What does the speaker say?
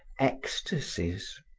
ecstacies,